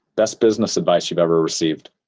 best business advice you've ever received.